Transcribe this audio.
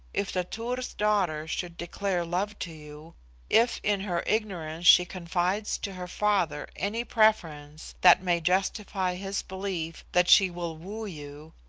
if the tur's daughter should declare love to you if in her ignorance she confides to her father any preference that may justify his belief that she will woo you,